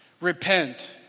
Repent